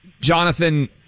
Jonathan